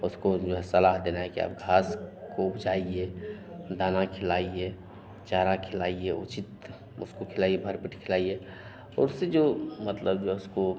उसको जो है सलाह देना कि आप घाँस को उपजाइए दाना खिलाइए चारा खिलाइए उचित उसको खिलाइए भरपेट खिलाइए और उससे जो मतलब जो है उसको